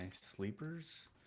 sleepers